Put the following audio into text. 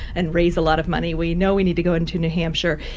and raise a lot of money we know we need to go into new hampshire.